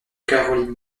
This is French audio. caroline